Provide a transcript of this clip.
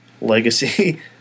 Legacy